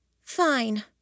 Fine